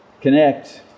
connect